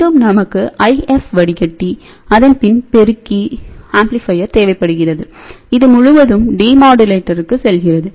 மீண்டும் நமக்கு IF வடிகட்டி அதன் பின் பெருக்கி தேவைப்படுகிறதுஇது முழுவதும் டிமோடூலேட்டருக்கு செல்கிறது